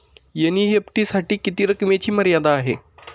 NEFT साठी किती रकमेची मर्यादा आहे?